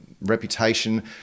reputation